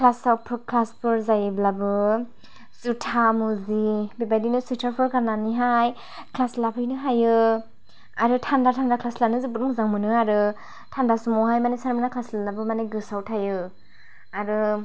क्लासाव क्लासफोर जायोब्लाबो जुथा मुजि बेबादिनो स्विथारफोर गान्नानै हाय क्लास लाफैनो हायो आरो थान्दा थान्दा क्लास लानो जोबोर मोजां मोनो आरो थान्दा समावहाय माने सारमोना क्लास लाबा गोसोयाव थायो आरो